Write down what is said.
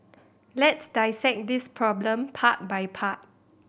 let's dissect this problem part by part